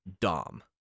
Dom